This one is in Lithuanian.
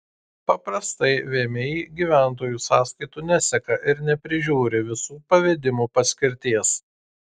paprastai vmi gyventojų sąskaitų neseka ir neprižiūri visų pavedimų paskirties